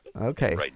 Okay